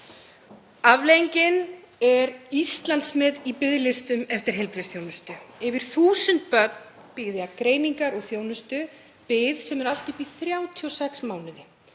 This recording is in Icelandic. Afleiðingin er Íslandsmet í biðlistum eftir heilbrigðisþjónustu. Yfir 1.000 börn bíða greiningar og þjónustu. Bið sem er allt upp í 36 mánuði.